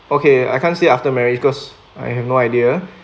okay I can't say after marriage because I have no idea